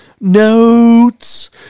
Notes